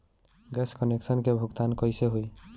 Gas connection के भुगतान कैसे होइ?